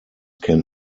can